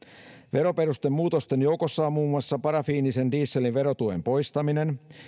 veroperustemuutosten joukossa on muun muassa parafiinisen dieselin verotuen poistaminen